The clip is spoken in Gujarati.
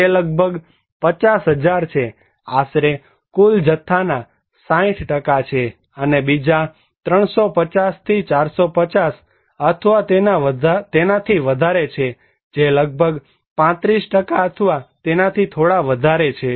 તે લગભગ 50 છે આશરે કુલ જથ્થાના 60 છે અને બીજા 350 થી 450 અથવા તેનાથી વધારે છે જે લગભગ 35 અથવા તેનાથી થોડા વધારે છે